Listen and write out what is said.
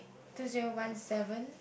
two zero one seven